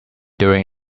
during